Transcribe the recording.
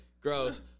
Gross